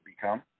become